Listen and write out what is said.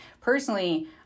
Personally